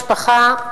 משפחה,